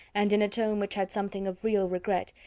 and in a tone which had something of real regret,